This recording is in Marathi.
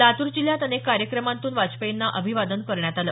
लातूर जिल्ह्यात अनेक कार्यक्रमांतून वाजपेयींना अभिवादन करण्यात आलं